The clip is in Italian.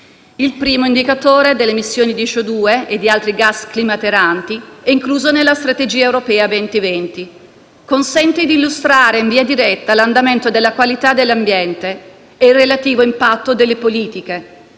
Il primo, l'indicatore delle emissioni di CO2 e di altri gas climalteranti, è incluso nella strategia europea 2020. Esso, consente di illustrare, in via diretta, l'andamento della qualità dell'ambiente e il relativo impatto delle politiche